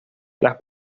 las